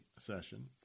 session